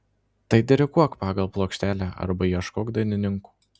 tai diriguok pagal plokštelę arba ieškok dainininkų